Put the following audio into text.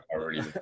already –